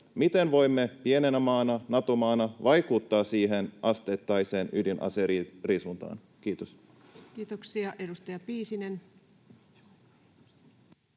miten voimme pienenä maana, Nato-maana vaikuttaa siihen asteittaiseen ydinaseriisuntaan? — Kiitos. Kiitoksia. — Edustaja Piisinen.